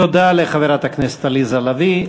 תודה לחברת הכנסת עליזה לביא.